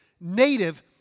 native